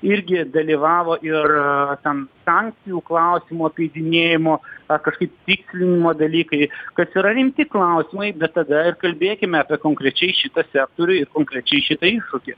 irgi dalyvavo ir ten sankcijų klausimo apeidinėjimo ar kažkaip tikslinimo dalykai kas yra rimti klausimai bet tada ir kalbėkime apie konkrečiai šitose turi ir konkrečiai šitą iššūkį